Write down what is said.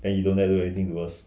then he don't dare do anything to us